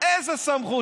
איזו סמכות?